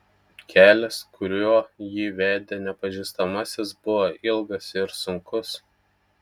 kelias kuriuo jį vedė nepažįstamasis buvo ilgas ir sunkus